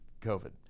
COVID